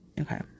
okay